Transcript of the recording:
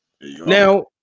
now